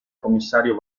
commissario